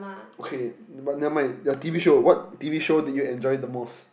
okay but never mind just T_V show what T_V show do you enjoy the most